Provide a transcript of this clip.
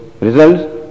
results